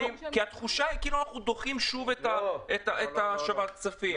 התחושה היא שכאילו אנחנו דוחים שוב את השבת הכספים.